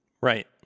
Right